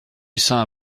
saint